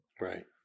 Right